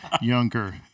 younger